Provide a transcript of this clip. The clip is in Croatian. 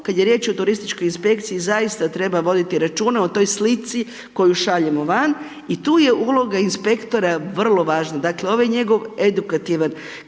kad je riječ o turističkoj inspekciji zaista treba voditi računa o toj slici koju šaljemo van i tu je uloga inspektora vrlo važna. Dakle, ovaj njegov edukativan